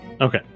Okay